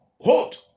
hold